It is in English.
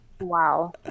Wow